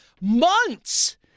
months